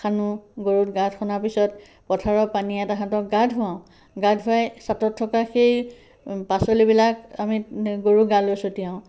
সানো গৰুত গাত সনাৰ পিছত পথাৰৰ পানীৰে তাহাঁতক গা ধুৱাওঁ গা ধোৱাই চাটত থকা সেই পাচলিবিলাক আমি গৰু গালৈ ছটিয়াওঁ